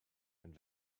and